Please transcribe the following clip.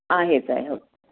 आहेच आहे हो